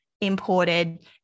imported